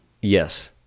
Yes